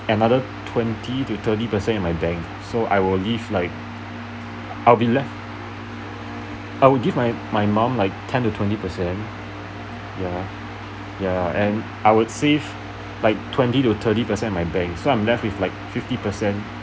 another twenty to thirty percent in my bank so I will leave like I'll be left I'll give my my mum like ten to twenty percent ya ya and I would save like twenty to thirty percent in my bank so I'm left with like fifty percent